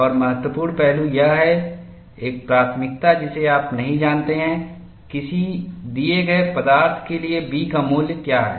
और महत्वपूर्ण पहलू यह है एक प्राथमिकता जिसे आप नहीं जानते हैं किसी दिए गए पदार्थ के लिए B का मूल्य क्या है